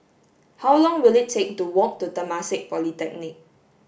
how long will it take to walk to Temasek Polytechnic